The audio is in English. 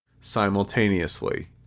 simultaneously